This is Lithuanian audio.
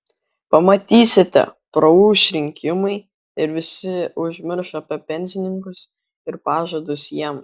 pamatysite praūš rinkimai ir visi užmirš apie pensininkus ir pažadus jiems